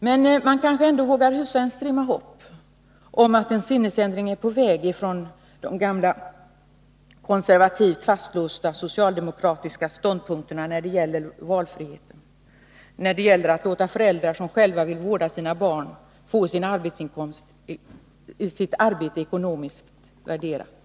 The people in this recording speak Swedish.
Men man kanske ändå vågar hysa en strimma hopp om att en sinnesändring är på väg från de gamla, konservativt fastlåsta, socialdemokratiska ståndpunkterna i fråga om valfriheten när det gäller att låta föräldrar som själva vill vårda sina barn få sitt arbete ekonomiskt värderat.